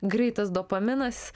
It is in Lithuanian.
greitas dopaminas